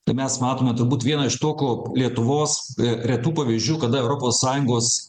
tai mes matome turbūt vieną iš to ko lietuvos retų pavyzdžių kada europos sąjungos